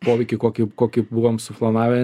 poveikį kokį kokį buvom suplanavę